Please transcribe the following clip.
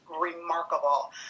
remarkable